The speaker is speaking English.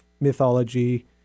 mythology